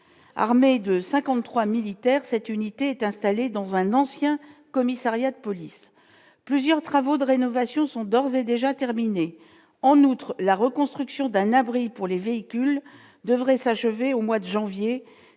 armées de 53 militaire, cette unité est installé dans un ancien commissariat de police plusieurs travaux de rénovation sont d'ores et déjà terminé en outre la reconstruction d'un abri pour les véhicules devrait s'achever au mois de janvier,